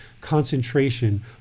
concentration